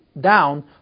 down